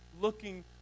looking